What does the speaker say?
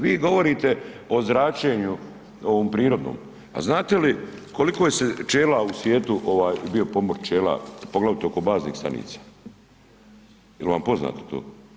Vi govorite o zračenju ovom prirodnom, a znate li koliko se je pčela u svijetu, ovaj, bio pomor pčela, poglavito oko baznih stanica, jel' vam poznato to?